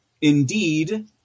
indeed